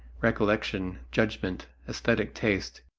recollection, judgment, esthetic taste,